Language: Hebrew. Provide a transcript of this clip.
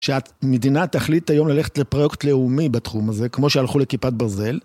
שהמדינה תחליט היום ללכת לפרויקט לאומי בתחום הזה, כמו שהלכו לכיפת ברזל.